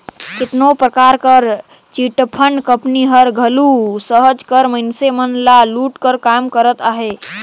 केतनो परकार कर चिटफंड कंपनी हर घलो सहज कर मइनसे मन ल लूटे कर काम करत अहे